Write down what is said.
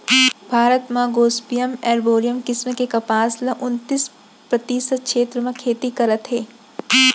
भारत म Gossypium arboreum किसम के कपसा ल उन्तीस परतिसत छेत्र म खेती करत हें